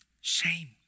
Shame